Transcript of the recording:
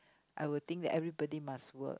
I will think that everybody must work